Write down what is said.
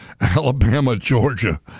Alabama-Georgia